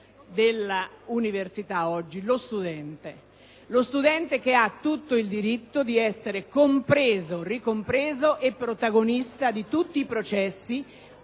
dell'università stessa, cioè lo studente. Lo studente ha il diritto di essere compreso, ricompreso e protagonista di tutti i processi